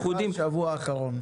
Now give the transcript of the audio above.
--- שבוע אחרון.